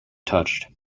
touched